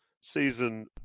season